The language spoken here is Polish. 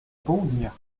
południa